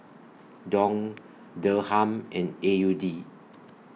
Dong Dirham and A U D